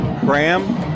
graham